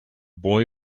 boy